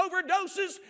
overdoses